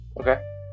Okay